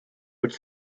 would